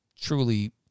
truly